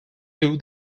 who